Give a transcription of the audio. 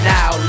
Now